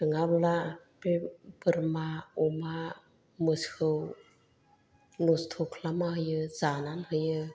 नङाब्ला बे बोरमा अमा मोसौ न'स्त ख्लामना होयो जानानै होयो